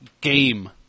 Game